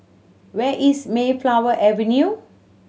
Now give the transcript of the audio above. where is Mayflower Avenue